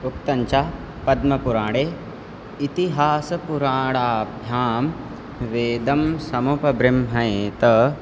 उक्तञ्च पद्मपुराणे इतिहासपुराणाभ्यां वेदं समुपब्रह्मयेत